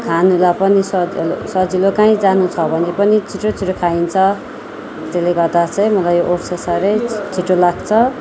खानलाई पनि स सजिलो काहीँ जानु छ भने पनि छिटो छिटो खाइन्छ त्यसले गर्दा चाहिँ मलाई ओट्स चाहिँ साह्रै छिठो लाग्छ